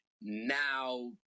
now